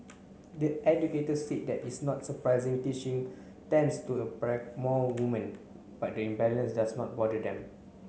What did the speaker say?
the educators said that is not surprising teaching tends to more women but the imbalance does not bother them